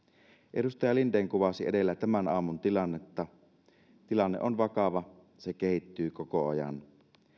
edustaja linden kuvasi edellä tämän aamun tilannetta tilanne on vakava ja se kehittyy koko ajan